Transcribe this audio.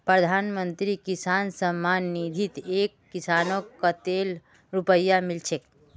प्रधानमंत्री किसान सम्मान निधित एक किसानक कतेल रुपया मिल छेक